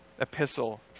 epistle